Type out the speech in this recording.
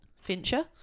Fincher